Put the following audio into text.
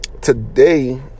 today